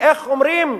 איך אומרים,